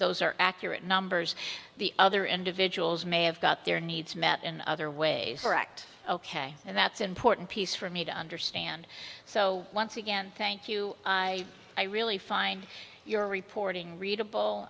those are accurate numbers the other individuals may have got their needs met in other ways correct ok and that's important piece for me to understand so once again thank you i i really find your reporting readable